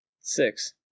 Six